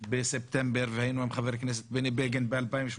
בספטמבר והיינו עם חבר הכנסת בני בגין ב-2018.